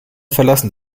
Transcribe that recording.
verlassen